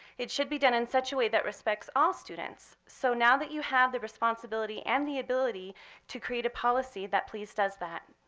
it should be done in such a way that respects all students. so now that you have the responsibility and the ability to create a policy that please does that,